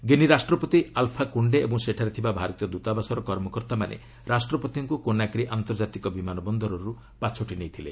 ଗିନି ରାଷ୍ଟ୍ରପତି Alpha Conde ଏବଂ ସେଠାରେ ଥିବା ଭାରତୀୟ ଦୃତାବାସର କର୍ମକର୍ତ୍ତାମାନେ ରାଷ୍ଟ୍ରପତିଙ୍କୁ କୋନାକ୍ରି ଆନ୍ତର୍ଜାତିକ ବିମାନ ବନ୍ଦରରୁ ପାଛୋଟି ନେଇଥିଲେ